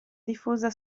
diffusa